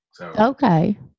Okay